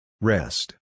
Rest